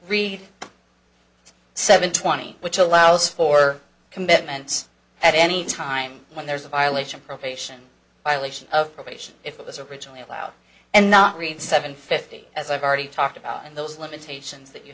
read seven twenty which allows for commitments at any time when there's a violation probation violation of probation if it was originally allowed and not read seven fifty as i've already talked about in those limitations that you